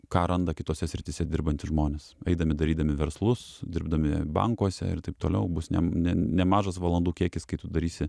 ką randa kitose srityse dirbantys žmonės eidami darydami verslus dirbdami bankuose ir taip toliau bus ne nemažas valandų kiekis kai tu darysi